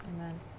Amen